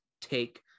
take